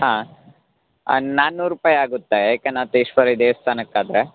ಹಾಂ ನಾನ್ನೂರು ರೂಪಾಯಿ ಆಗುತ್ತೆ ಏಕನಾಥೇಶ್ವರಿ ದೇವಸ್ಥಾನಕ್ಕಾದ್ರೆ